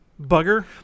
Bugger